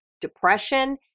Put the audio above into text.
depression